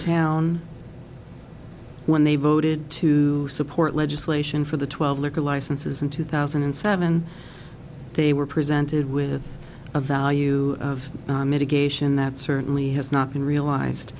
town when they voted to support legislation for the twelve liquor licenses in two thousand and seven they were presented with a value of mitigation that certainly has not been realized